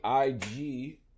IG